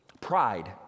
Pride